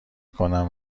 کنم